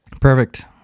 Perfect